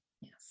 yes